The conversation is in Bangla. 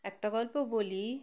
একটা গল্প বলি